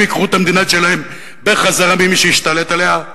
ייקחו את המדינה שלהם בחזרה ממי שהשתלט עליה,